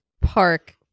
park